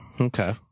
Okay